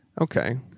okay